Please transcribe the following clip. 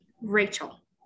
Rachel